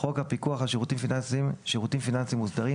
חוק הפיקוח על שירותים פיננסיים (שירותים פיננסיים מוסדרים),